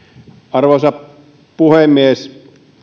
arvoisa puhemies